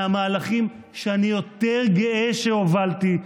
מהמהלכים שאני יותר גאה שהובלתי,